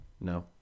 No